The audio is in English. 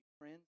friends